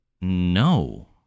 no